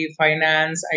finance